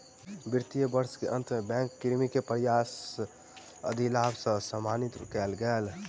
वित्तीय वर्ष के अंत में बैंक कर्मी के प्रयासक अधिलाभ सॅ सम्मानित कएल गेल